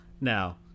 now